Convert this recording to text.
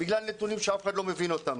בגלל נתונים שאף אחד לא מבין אותם.